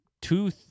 two